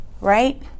right